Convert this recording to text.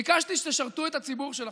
ביקשתי שתשרתו את הציבור שלכם.